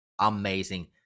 amazing